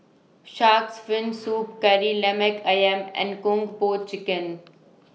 Shark's Fin Soup Kari Lemak Ayam and Kung Po Chicken